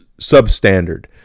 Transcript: substandard